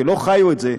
שלא חיו את זה,